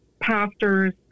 pastors